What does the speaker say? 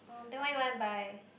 then why you want buy